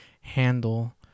handle